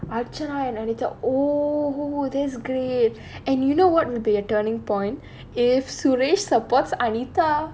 archana and anita oh that's great and you know what would be a turning point if suresh supports anita